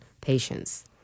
patients